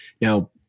Now